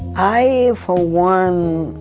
i for one